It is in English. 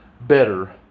better